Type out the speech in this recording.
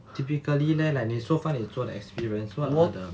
typically leh like 你 so far 你做的 experience what are the